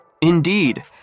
Indeed